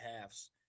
halves